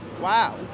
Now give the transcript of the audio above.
Wow